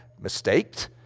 Mistaked